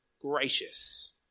gracious